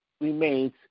remains